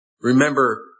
Remember